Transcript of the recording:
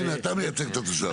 הנה, אתה מייצג את התושב.